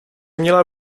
měla